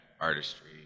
artistry